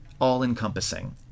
all-encompassing